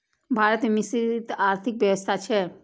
भारत मे मिश्रित आर्थिक व्यवस्था छै